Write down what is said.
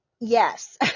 Yes